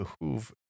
behoove